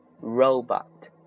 Robot